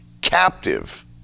captive